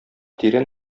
тирән